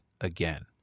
again